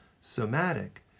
somatic